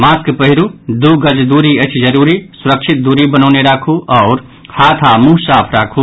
mask पहिरू दू गज दूरी अछि जरूरी सुरक्षित दूरी बनौने राखू हाथ आओर मुंह साफ राखू